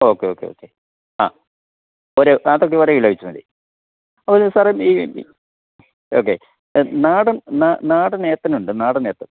okay okay okay ആ അത്തരത്തിൽ ഓരോ കിലോ വച്ചു മതി ഒരു സാറെ ഈ ഓക്കെ നാടൻ നാടൻ ഏത്തനുണ്ട് നാടൻ ഏത്തൻ